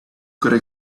could